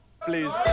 Please